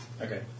Okay